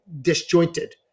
disjointed